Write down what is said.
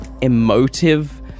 emotive